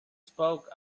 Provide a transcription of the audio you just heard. spoke